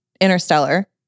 Interstellar